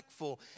impactful